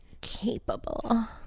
capable